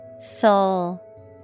Soul